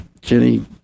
Jenny